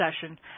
session